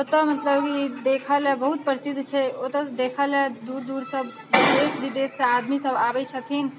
ओतहु मतलब कि देखऽलए बहुत प्रसिद्ध छै ओतहु देखऽलए दूर दूरसँ देश विदेशसँ आदमीसब आबै छथिन